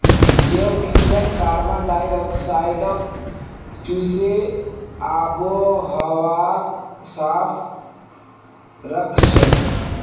जैव ईंधन कार्बन डाई ऑक्साइडक चूसे आबोहवाक साफ राखछेक